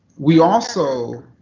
we also,